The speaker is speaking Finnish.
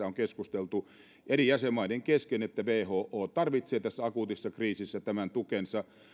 on keskusteltu eri jäsenmaiden kesken että who tarvitsee tässä akuutissa kriisissä tämän tukensa